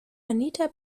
anita